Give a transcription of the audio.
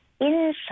inside